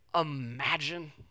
imagine